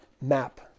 map